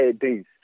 days